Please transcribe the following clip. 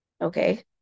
Okay